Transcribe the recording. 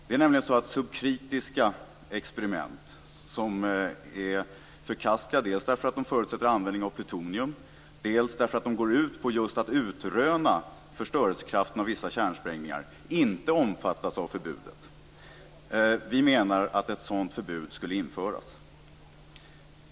Det är nämligen så att subkritiska experiment inte omfattas av förbudet. Dessa experiment är förkastliga dels därför att de förutsätter användning av plutonium, dels därför att de går ut på just att utröna förstörelsekraften av vissa kärnsprängningar. Vi menar att ett sådant förbud skulle införas.